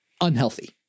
unhealthy